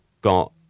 got